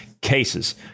cases